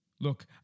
Look